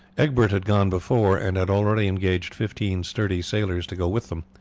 egbert had gone before and had already engaged fifteen sturdy sailors to go with them.